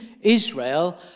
Israel